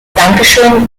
dankeschön